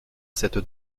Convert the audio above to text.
cette